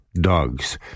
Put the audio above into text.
dogs